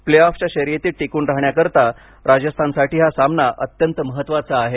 play ऑफच्या शर्यतीत टिकून राहण्याकरिता राजस्थानसाथी हा सामना अत्यंत महत्त्वाचा आहे